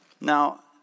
Now